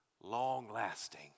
long-lasting